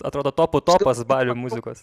atrodo topų topas balių muzikos